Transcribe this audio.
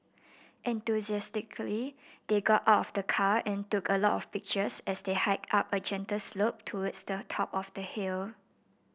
enthusiastically they got out of the car and took a lot of pictures as they hiked up a gentle slope towards the top of the hill